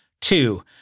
Two